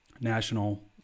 national